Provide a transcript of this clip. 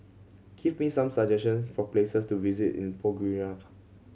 give me some suggestion for places to visit in Podgorica